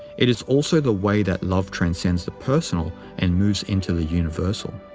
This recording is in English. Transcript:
it is also the way that love transcends the personal and moves into the universal.